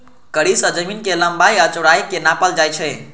कड़ी सं जमीनक लंबाइ आ चौड़ाइ कें नापल जाइ छै